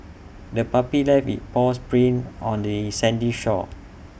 the puppy left its paws prints on the sandy shore